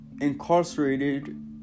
incarcerated